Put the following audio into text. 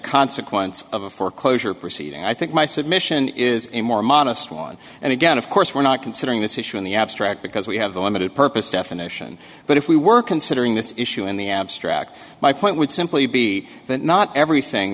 consequence of a foreclosure proceeding i think my submission is a more modest one and again of course we're not considering this issue in the abstract because we have a limited purpose definition but if we were considering this issue in the abstract my point would simply be that not everything